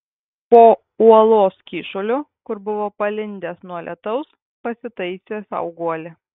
po uolos kyšuliu kur buvo palindęs nuo lietaus pasitaisė sau guolį